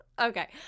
okay